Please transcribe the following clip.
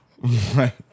Right